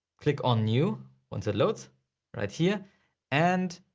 click on new once it loads right here and